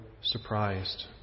surprised